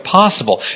possible